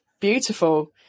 Beautiful